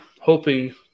hoping –